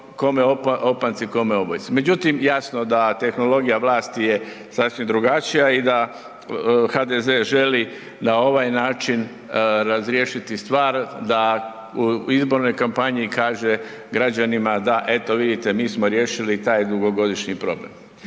kome opanci, kome obojci. Međutim, jasno da tehnologija vlasti je sasvim drugačija i da HDZ želi na ovaj način razriješiti stvar da u izbornoj kampanji kaže građanima da eto, vidite mi smo riješili taj dugogodišnji problem.